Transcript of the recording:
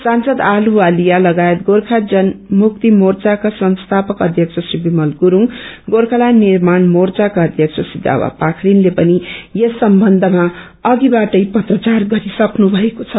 सांसद अछतुवालिया लगायत गोर्खा जनमुवित मोर्चाका संस्थापक अध्यक्ष श्री विमत गुरुङ गोर्खाल्याण्ड निर्माण मोर्चाका अध्यक्ष श्री दावा पाखिनले पनि यस सम्बन्धमा अधिवाटै पत्राचार गरी सक्नु भएको छ